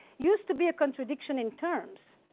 used to be a contradiction in terms.